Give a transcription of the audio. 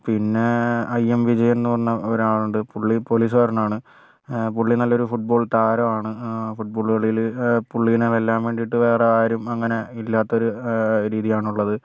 പിന്നേ I M Vijayan എന്ന് പറഞ്ഞ ഒരാളുണ്ട് പുള്ളി പോലീസികാരനാണ് പുള്ളി നല്ലൊരു ഫുട്ബോൾ താരമാണ് ഫുട്ബോള് കളിയില് പുള്ളീനെ വെല്ലാൻ വേണ്ടിയിട്ട് വേറെ ആരും അങ്ങനെ ഇല്ലാത്തൊര് രീതിയാണ് ഉള്ളത്